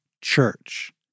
church